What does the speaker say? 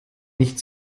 nicht